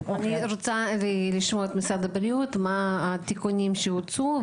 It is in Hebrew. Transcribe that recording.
אני רוצה לשמוע את משרד הבריאות מה התיקונים שהוצעו,